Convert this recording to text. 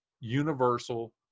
universal